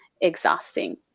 exhausting